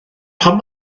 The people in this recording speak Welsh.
pam